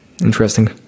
Interesting